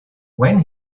when